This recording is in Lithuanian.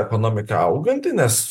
ekonomika auganti nes